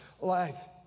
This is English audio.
life